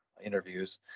interviews